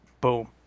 boom